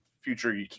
future